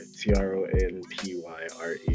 T-R-O-N-P-Y-R-E